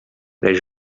les